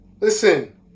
Listen